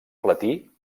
platí